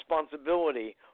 responsibility